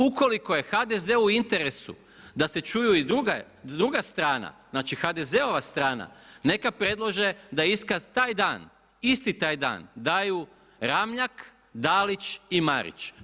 Ukoliko je HDZ-u u interesu da se čuje i druga strana, znači HDZ-ova strana, neka predlože da iskaz taj dan, isti taj dan, daju Ramnjak, Dalić i Marić.